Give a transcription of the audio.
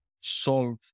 solve